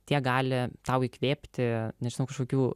tiek gali tau įkvėpti nežinau kažkokių